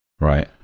Right